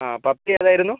ആ പപ്പി ഏതായിരുന്നു